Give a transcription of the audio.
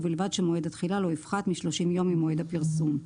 ובלבד שמועד התחילה לא יפחת משלושים יום ממועד הפרסום".